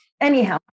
Anyhow